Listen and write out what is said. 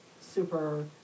super